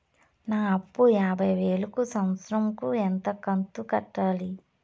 నా అప్పు యాభై వేలు కు సంవత్సరం కు ఎంత కంతు కట్టాలి?